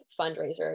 fundraiser